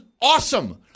awesome